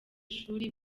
shuri